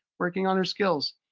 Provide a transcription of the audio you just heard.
working on their skills.